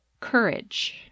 Courage